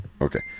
Okay